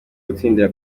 gutsindira